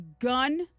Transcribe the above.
gun